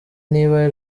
niba